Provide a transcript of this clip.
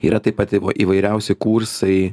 yra taip pat įvairiausi kursai